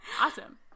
awesome